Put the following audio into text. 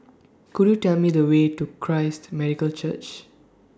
Could YOU Tell Me The Way to Christ Medical Church